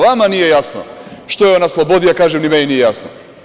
Vama nije jasno što je on na slobodi, ja kažem – ni meni nije jasno.